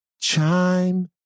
chime